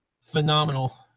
phenomenal